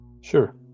Sure